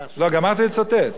אז גמרת גם את דבריך.